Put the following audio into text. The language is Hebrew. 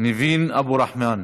ניבין אבו רחמון.